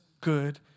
good